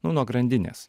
nu nuo grandinės